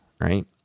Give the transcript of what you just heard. right